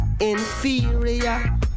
inferior